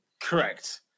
Correct